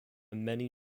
many